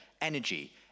energy